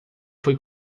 foi